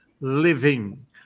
living